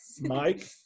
mike